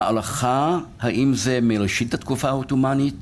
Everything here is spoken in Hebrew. ההלכה, האם זה מראשית התקופה העותומנית?